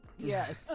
Yes